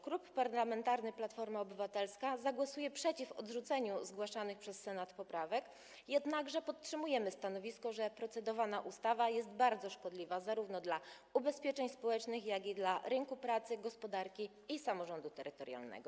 Klub Parlamentarny Platforma Obywatelska zagłosuje przeciw odrzuceniu zgłaszanych przez Senat poprawek, jednakże podtrzymujemy stanowisko, że procedowana ustawa jest bardzo szkodliwa zarówno dla ubezpieczeń społecznych, jak i dla rynku pracy, gospodarki i samorządu terytorialnego.